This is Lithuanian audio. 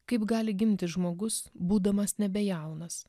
kaip gali gimti žmogus būdamas nebejaunas